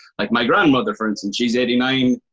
like my grandmother, for instance. she's eighty nine.